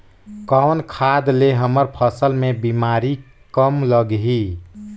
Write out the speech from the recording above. कौन खाद ले हमर फसल मे बीमारी कम लगही?